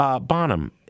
Bonham